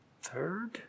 third